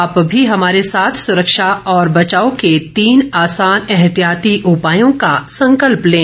आप भी हमारे साथ सुरक्षा और बचाव के तीन आसान एहतियाती उपायों का संकल्प लें